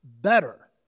better